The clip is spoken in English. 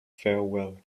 farewell